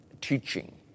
teaching